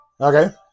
Okay